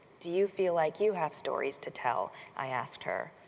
do you feel like you have stories to tell? i asked her,